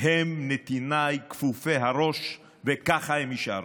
הם נתיניי כפופי הראש, וככה הם יישארו.